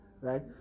right